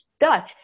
Dutch